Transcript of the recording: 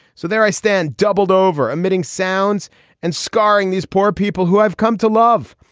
so there i stand, doubled over emitting sounds and scarring these poor people who i've come to love.